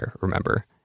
remember